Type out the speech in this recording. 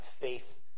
faith